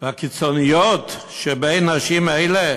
והקיצוניות שבנשים האלה